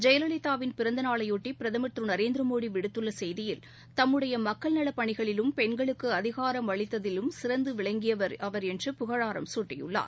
ஜெயலவிதாவின் பிறந்தநாளையாட்டிபிரதமர் திருநரேந்திரமோடிவிடுத்துள்ளசெய்தியில் தன்னுடையமக்கள் நலபணிகளிலும் பெண்களுக்குஅதிகாரம் அளித்ததிலும் சிறந்துவிளங்கியர் என்று புகழாரம் சூட்டியுள்ளார்